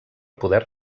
poder